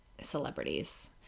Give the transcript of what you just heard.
celebrities